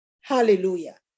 Hallelujah